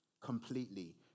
completely